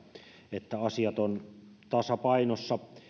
että asiat ovat tasapainossa